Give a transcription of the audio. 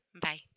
Bye